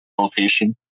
location